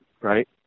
right